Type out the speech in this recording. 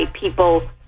people